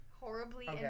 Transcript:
Horribly